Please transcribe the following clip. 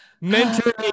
mentor